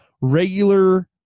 regular